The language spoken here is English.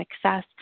success